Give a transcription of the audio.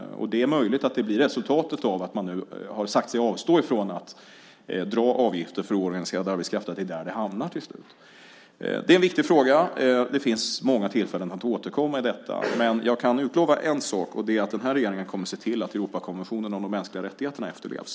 Det är möjligt att det blir resultatet av att man nu har sagt sig avstå från att dra avgifter för oorganiserad arbetskraft, så att det är där detta hamnar till slut. Det är en viktig fråga, och det finns många tillfällen att återkomma till detta. Men jag kan utlova en sak, och det är att den här regeringen kommer att se till att Europakonventionen om de mänskliga rättigheterna efterlevs.